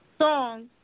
song